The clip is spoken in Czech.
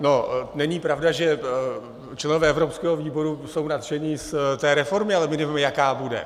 No není pravda, že členové evropského výboru jsou nadšeni z té reformy, ale my nevíme, jaká bude.